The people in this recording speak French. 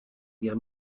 guerre